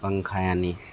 पंखा यानि